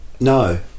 No